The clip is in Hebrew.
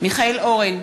מיכאל אורן,